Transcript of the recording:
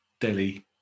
Delhi